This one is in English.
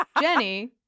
Jenny